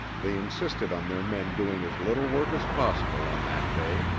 they insisted on their men doing as little work as possible on that day,